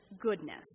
goodness